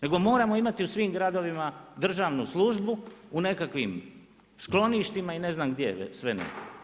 Nego moramo imati u svim gradovima državnu službu u nekakvim skloništima i ne znam gdje sve ne.